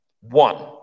One